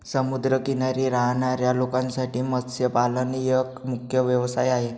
समुद्र किनारी राहणाऱ्या लोकांसाठी मत्स्यपालन एक मुख्य व्यवसाय आहे